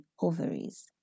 ovaries